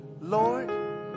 Lord